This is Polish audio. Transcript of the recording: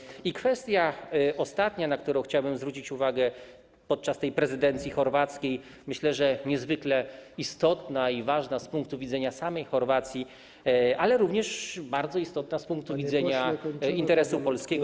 I ostatnia kwestia, na którą chciałbym zwrócić uwagę, podczas tej prezydencji chorwackiej, myślę, że niezwykle istotna i ważna z punktu widzenia samej Chorwacji, ale również bardzo istotna z punktu widzenia interesu polskiego.